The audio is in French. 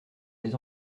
les